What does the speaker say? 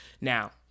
Now